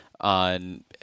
on